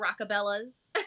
Rockabellas